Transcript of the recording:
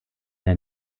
der